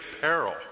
peril